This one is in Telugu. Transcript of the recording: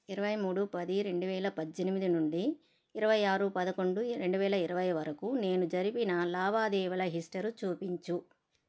ఇరవైమూడు పది రెండువేల పద్దెనిమిది నుండి ఇరవైఆరు పదకొండు రెండువేలఇరవై వరకు నేను జరిపిన లావాదేవీల హిస్టరీ చూపించు